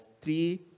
three